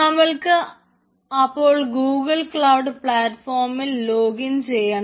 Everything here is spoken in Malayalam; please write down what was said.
നമ്മൾക്ക് അപ്പോൾ ഗൂഗിൾ ക്ലൌഡ് പ്ലാറ്റ്ഫോമിൽ ലോഗിൻ ചെയ്യണം